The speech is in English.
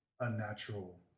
unnatural